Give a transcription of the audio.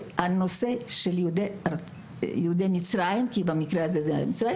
שהנושא של יהודי מצרים כי במקרה הזה זה היה מצרים